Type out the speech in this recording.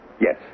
Yes